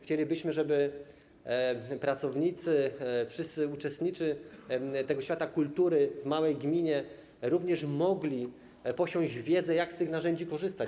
Chcielibyśmy, żeby pracownicy, wszyscy uczestnicy świata kultury w małej gminie również mogli posiąść wiedzę, jak z tych narzędzi korzystać.